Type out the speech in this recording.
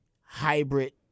hybrid